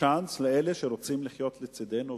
צ'אנס לאלה שרוצים לחיות לצדנו ואתנו.